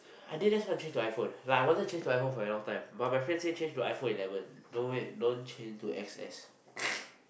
I think that's why I change to iPhone like I wanted to change to iPhone for a very long time but my friend said change to iPhone eleven don't wait don't change to X_S